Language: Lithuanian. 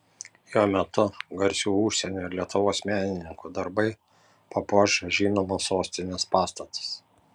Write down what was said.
jo metu garsių užsienio ir lietuvos menininkų darbai papuoš žinomus sostinės pastatus